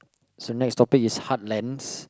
so next topic is heartlands